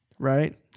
right